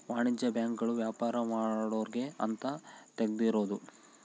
ವಾಣಿಜ್ಯ ಬ್ಯಾಂಕ್ ಗಳು ವ್ಯಾಪಾರ ಮಾಡೊರ್ಗೆ ಅಂತ ತೆಗ್ದಿರೋದು